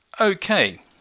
okay